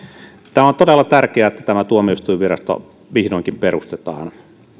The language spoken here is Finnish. on todella tärkeää että tämä tuomioistuinvirasto vihdoinkin perustetaan